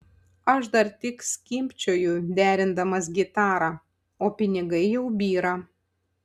aš dar tik skimbčioju derindamas gitarą o pinigai jau byra